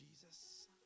Jesus